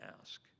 ask